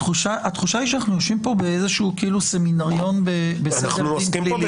התחושה היא שאנחנו יושבים פה באיזשהו כאילו סמינריון בסדר דין פלילי.